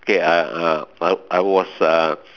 okay uh I I was a